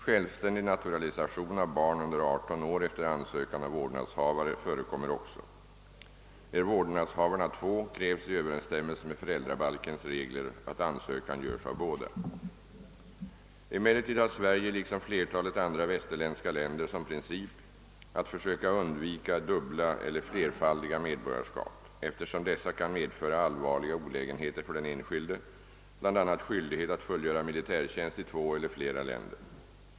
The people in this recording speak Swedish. Självständig naturalisation av barn under 18 år efter ansökan av vårdnadshavare förekommer också. är vårdnadshavarna två krävs i överensstämmelse med föräldrabalkens regler att ansökan görs av båda. Emellertid har Sverige liksom flertalet andra västerländska länder som princip att försöka undvika dubbla eller flerfaldiga medborgarskap, eftersom dessa kan medföra allvarliga olägenheter för den enskilde, bla. skyldighet att fullgöra militärtjänst i två eller flera länder.